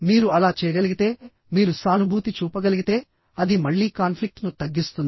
మీరు అలా చేయగలిగితే మీరు సానుభూతి చూపగలిగితే అది మళ్లీ కాన్ఫ్లిక్ట్ ను తగ్గిస్తుంది